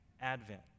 advent